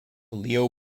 leo